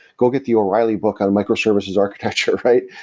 go get the o'reilly book on microservices architecture, right?